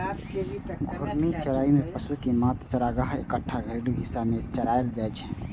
घूर्णी चराइ मे पशु कें मात्र चारागाहक एकटा घेरल हिस्सा मे चराएल जाइ छै